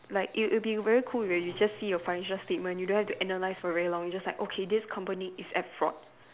like it'll it'll be very cool where you just see your financial statement you don't have to analyse for very long you just like okay this company is at fault